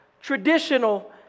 traditional